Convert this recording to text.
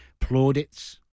plaudits